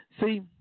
See